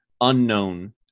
unknown